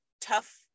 tough